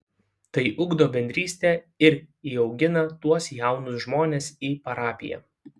tai ugdo bendrystę ir įaugina tuos jaunus žmones į parapiją